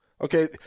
okay